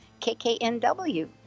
KKNW